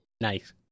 nice